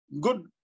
Good